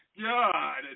god